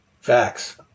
Facts